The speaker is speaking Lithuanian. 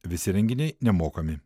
visi renginiai nemokami